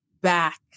back